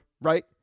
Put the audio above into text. right